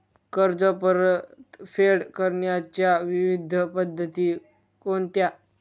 कर्ज परतफेड करण्याच्या विविध पद्धती कोणत्या?